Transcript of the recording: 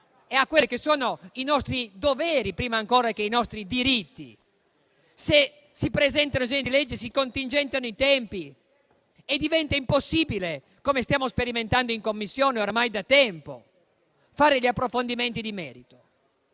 al Parlamento e ai nostri doveri, prima ancora che ai nostri diritti, se si presenta un disegno di legge, si contingentano i tempi e diventa impossibile - come stiamo sperimentando in Commissione oramai da tempo - fare gli approfondimenti di merito.